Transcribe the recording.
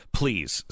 please